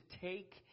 take